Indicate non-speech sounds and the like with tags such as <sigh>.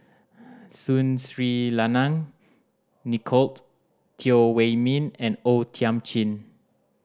<noise> Sun Sri Lanang Nicolette Teo Wei Min and O Thiam Chin